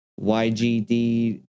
YGD